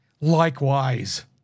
likewise